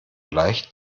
leicht